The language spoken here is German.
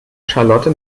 charlotte